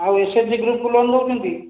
ଆଉ SSG group loan ନେଉଛନ୍ତି